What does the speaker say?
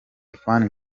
fan